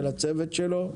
ולצוות שלו.